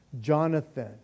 Jonathan